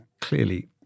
clearly